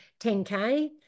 10K